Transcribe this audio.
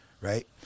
right